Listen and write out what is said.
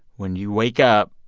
when you wake up,